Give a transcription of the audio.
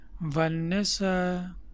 Vanessa